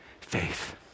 faith